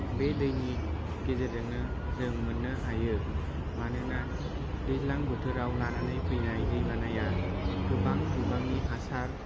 बे दैनि गेजेरजोंनो जों मोन्नो हायो मानोना दैज्लां बोथोराव लानानै फैनाय दैबानाया गोबां बिबांनि हासार